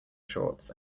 shorts